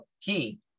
key